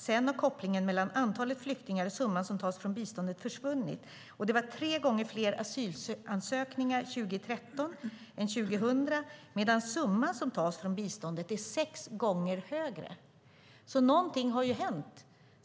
Sedan har kopplingen mellan antalet flyktingar och summan som tas ifrån biståndet försvunnit. Det var tre gånger fler asylsökningar 2013 än 2000, medan summan som tas från biståndet är sex gånger högre. Någonting har alltså hänt.